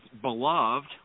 beloved